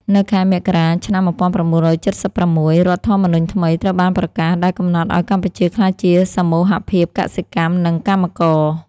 នៅខែមករា ឆ្នាំ១៩៧៦ រដ្ឋធម្មនុញ្ញថ្មីត្រូវបានប្រកាស ដែលកំណត់ឱ្យកម្ពុជាក្លាយជាសមូហភាពកសិកម្ម និងកម្មករ។